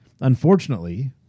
Unfortunately